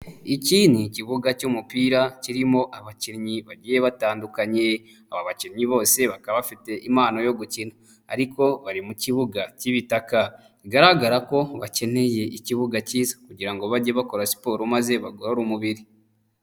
Iki ni ikibuga cy'umupira kirimo abakinnyi bagiye batandukanye. Aba bakinnyi bose bakaba bafite impano yo gukina ariko bari mu kibuga k'ibitaka. Bigaragara ko bakeneye ikibuga kiza kugira ngo bage bakora siporo maze bagorore umubiri.